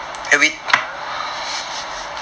orh just you say first